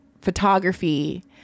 photography